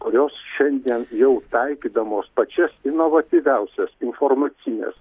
kurios šiandien jau taikydamos pačias inovatyviausias informacines